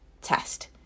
test